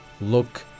look